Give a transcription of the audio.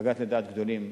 פגעת לדעת גדולים.